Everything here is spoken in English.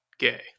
Gay